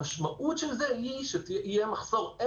המשמעות של זה היה שיהיה מחסור.